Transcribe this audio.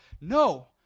No